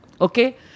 Okay